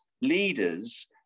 leaders